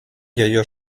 jaio